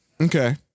Okay